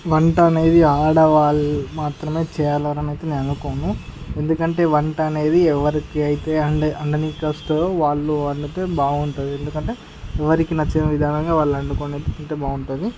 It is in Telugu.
వంట అనేది ఆడవాళ్ళు మాత్రమే చేయాలి అని అయితే నేను అనుకోను ఎందుకంటే వంట అనేది ఎవరికైతే వండటానికి వస్తుందో వాళ్ళు వండితే బాగుంటుంది ఎందుకంటే ఎవరికి నచ్చే విధానంగా వాళ్ళు వండుకొని అయితే తింటే బాగుంటుంది